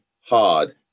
hard